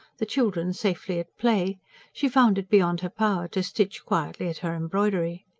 the children safely at play she found it beyond her power to stitch quietly at her embroidery.